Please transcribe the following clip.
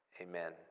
Amen